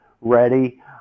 ready